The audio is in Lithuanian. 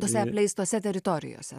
tose apleistose teritorijose